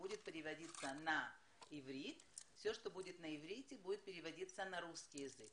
במידה שאתם רוצים לשמוע תרגום לרוסית אתם צריכים